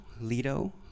Lido